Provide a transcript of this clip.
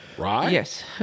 Yes